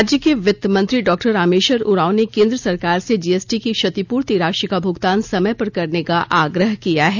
राज्य के वित्त मंत्री डॉ रामेश्वर उरांव ने केंद्र सरकार से जीएसटी की क्षतिपूर्ति राशि का भुगतान समय पर करने का आग्रह किया है